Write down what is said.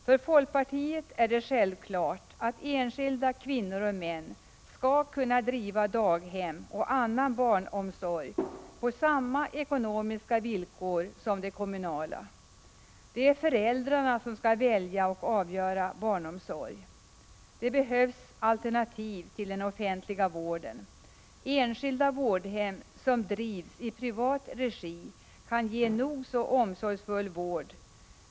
För folkpartiet är det självklart att enskilda kvinnor och män skall kunna driva daghem och annan barnomsorg på samma ekonomiska villkor som kommunen. Det är föräldrarna som skall välja och avgöra vilken barnomsorg de vill ha. Det behövs alternativ till den offentliga vården. Enskilda vårdhem som drivs i privat regi kan ge nog så omsorgsfull vård.